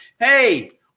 Hey